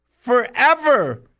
forever